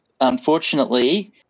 Unfortunately